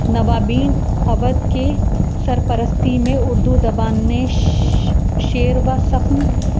نوابین اودھ کے سرپرستی میں اردو زبان نے شعر و سخن